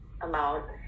amount